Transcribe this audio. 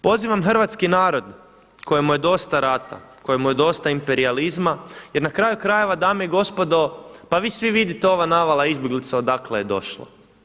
Pozivam hrvatski narod kojemu je dosta rata, kojemu je dosta imperijalizma, jer na kraju krajeva dame i gospodo, pa vi svi vidite ova navala izbjeglica odakle je došla.